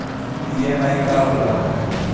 EMI का होला?